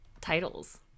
titles